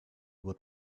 would